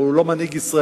אבל הוא לא מנהיג ישראלי,